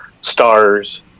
stars